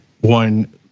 one